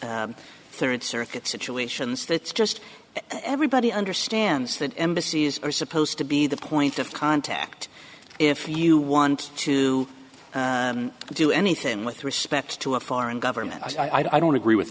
third circuit situations that's just everybody understands that embassies are supposed to be the point of contact if you want to do anything with respect to a foreign government i don't agree with